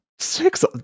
Six